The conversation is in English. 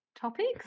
topics